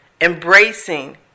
embracing